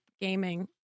gaming